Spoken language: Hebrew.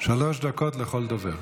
שלוש דקות לכל דובר.